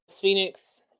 Phoenix